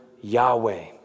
Yahweh